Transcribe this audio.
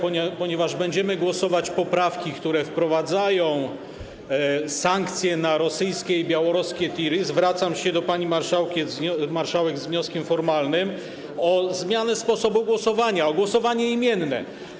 Ponieważ będziemy głosować nad poprawkami, które wprowadzają sankcje na rosyjskie i białoruskie tiry, zwracam się do pani marszałek z wnioskiem formalnym o zmianę sposobu głosowania - o głosowanie imienne.